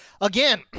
Again